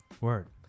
Word